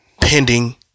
pending